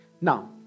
Now